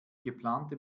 geplante